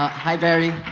hi gary,